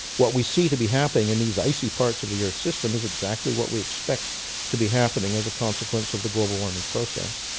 what we see to be happening in these icy parts of the earth's system is exactly what we expect to be happening as a consequence of the global warming process.